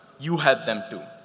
you helped them too.